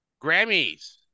Grammys